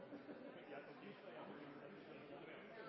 det. Jeg er glad for at jeg